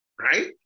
Right